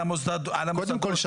על המוסדות --- קודם כל,